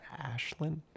Ashlyn